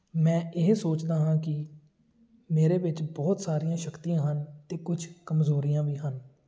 ਮੈਂ ਇਹ ਸੋਚਦਾ ਹਾਂ ਕਿ ਮੇਰੇ ਵਿੱਚ ਬਹੁਤ ਸਾਰੀਆਂ ਸ਼ਕਤੀਆਂ ਹਨ ਅਤੇ ਕੁਛ ਕਮਜ਼ੋਰੀਆਂ ਵੀ ਹਨ